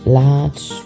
large